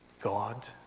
God